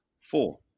four